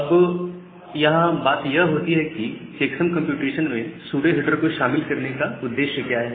अब यहां बात यह होती है कि चेक्सम कंप्यूटेशन में सूडो हेडर को शामिल करने का उद्देश्य क्या है